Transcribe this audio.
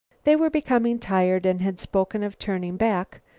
they were becoming tired, and had spoken of turning back,